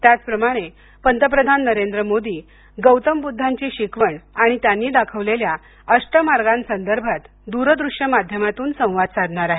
त्याचप्रमाणे पंतप्रधान नरेंद्र मोदी गौतम बुद्धांची शिकवण आणि त्यांनी दाखवलेल्या अष्ट मार्गांसंदर्भात दुरदृष्य माध्यमातून संवाद साधणार आहेत